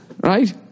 right